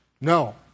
No